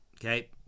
okay